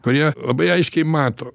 kurie labai aiškiai mato